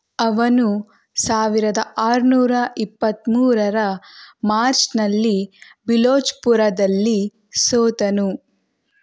ಅವನು ಸಾವಿರದ ಆರ್ನೂರ ಇಪ್ಪತ್ತಮೂರರ ಮಾರ್ಚ್ನಲ್ಲಿ ಬಿಲೋಚ್ಪುರದಲ್ಲಿ ಸೋತನು